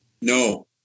No